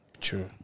True